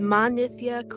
Manithya